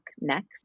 next